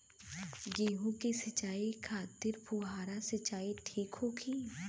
गेहूँ के सिंचाई खातिर फुहारा सिंचाई ठीक होखि?